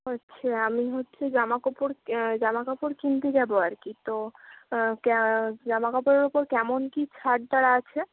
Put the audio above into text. হচ্ছে আমি হচ্ছে জামা কাপড় জামা কাপড় কিনতে যাবো আর কি তো কা জামা কাপড়ের ওপর কেমন কী ছাড় টার আছে